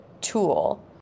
tool